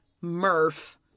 Murph